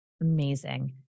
Amazing